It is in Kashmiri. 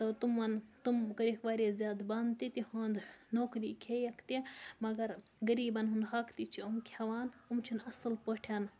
تہٕ تِمَن تِم گٔے واریاہ زیادٕ بَنٛد تہِ تِہُنٛد نوکری کھیٚیَکھ تہِ مگر غریٖبَن ہُنٛد حَق تہِ چھِ یِم کھٮ۪وان یِم چھِنہٕ اَصٕل پٲٹھۍ